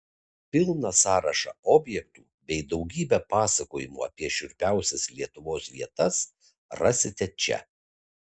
pilną sąrašą objektų bei daugybę pasakojimų apie šiurpiausias lietuvos vietas rasite čia